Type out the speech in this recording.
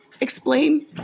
explain